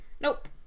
Nope